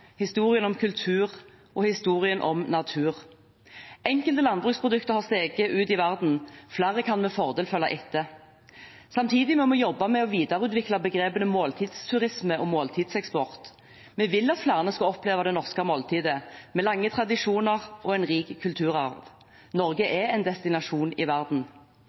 historien om kultur og historien om natur. Enkelte landbruksprodukter har tatt steget ut i verden, og flere kan med fordel følge etter. Samtidig må vi jobbe med å videreutvikle begrepene måltidsturisme og måltidseksport. Vi vil at flere skal oppleve det norske måltidet, med lange tradisjoner og en rik kulturarv. Norge er en destinasjon i verden.